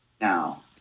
Now